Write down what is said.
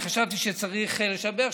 ואני חשבתי שצריך לשבח,